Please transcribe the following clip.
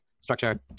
structure